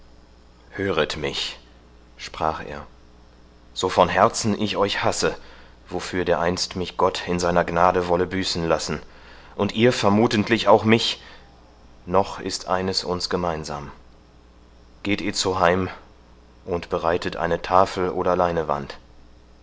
höret mich sprach er so von herzen ich euch hasse wofür dereinst mich gott in seiner gnade wolle büßen lassen und ihr vermuthendlich auch mich noch ist eines uns gemeinsam geht itzo heim und bereitet eine tafel oder leinewand